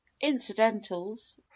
incidentals